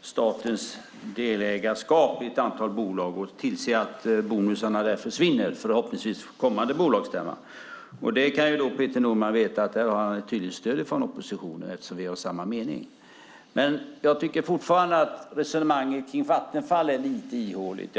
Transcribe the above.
statens delägarskap i ett antal bolag och tillse att bonusarna försvinner där, förhoppningsvis vid kommande bolagsstämma. Peter Norman ska veta att han har ett tydligt stöd från oppositionen i detta eftersom vi är av samma mening. Men jag tycker fortfarande att resonemanget om Vattenfall är lite ihåligt.